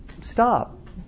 Stop